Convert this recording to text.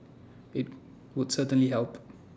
IT would certainly help